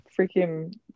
freaking